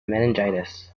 meningitis